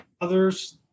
others